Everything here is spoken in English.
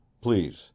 please